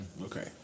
Okay